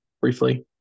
briefly